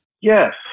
Yes